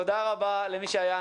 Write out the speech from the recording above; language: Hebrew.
תודה רבה למי שהיה.